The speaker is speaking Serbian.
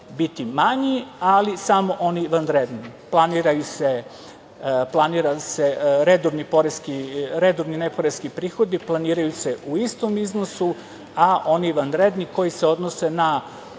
biti manji, ali samo oni vanredni. Redovni neporeski prihodi planiraju se u istom iznosu, a oni vanredni koji se odnose na